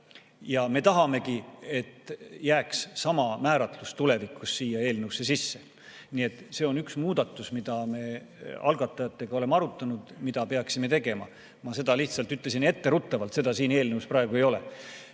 Ja me tahamegi, et jääks sama määratlus tulevikus siia eelnõusse sisse. Nii et see on üks muudatus, mida me algatajatega oleme arutanud, mida peaksime tegema. Ma seda lihtsalt ütlesin etteruttavalt, seda siin eelnõus praegu ei ole. See,